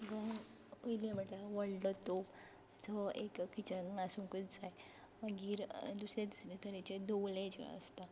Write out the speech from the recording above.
सगल्यान पयलीं म्हणल्यार व्हडलो तोप जो एक किचनांत आसुंकूच जाय मागीर दुसरे दुसरे तरेचे दवले जे आसता